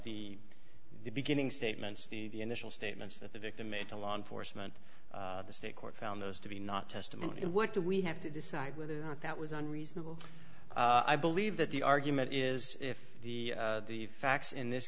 and the beginning statements the initial statements that the victim made to law enforcement the state court found those to be not testament and what do we have to decide whether or not that was unreasonable i believe that the argument is if the the facts in this